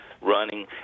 running